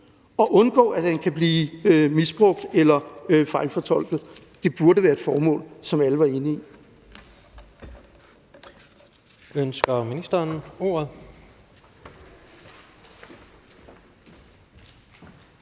og undgå, at den kan blive misbrugt eller fejlfortolket. Det burde være et formål, som alle var enige i.